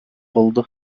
oldu